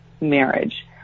marriage